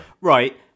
Right